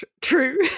True